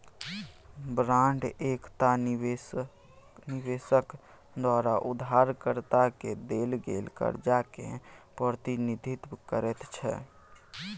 bond एकटा निबेशक द्वारा उधारकर्ता केँ देल गेल करजा केँ प्रतिनिधित्व करैत छै